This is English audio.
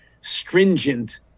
stringent